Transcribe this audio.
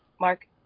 Mark